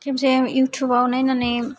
खेबसे युटुबाव नायनानै